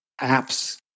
apps